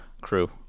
crew